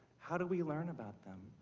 how do we learn about them?